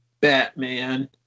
Batman